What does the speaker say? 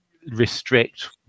Restrict